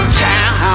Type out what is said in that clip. town